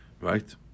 Right